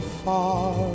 far